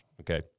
okay